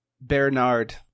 Bernard